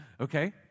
Okay